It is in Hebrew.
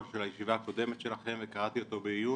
של הישיבה הקודמת שלכם וקראתי אותו בעיון,